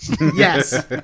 Yes